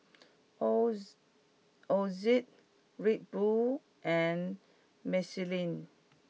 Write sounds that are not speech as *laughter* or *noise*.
*noise* Ozi Red Bull and Michelin